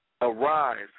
Arise